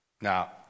Now